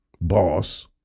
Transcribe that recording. boss